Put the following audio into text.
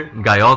guy um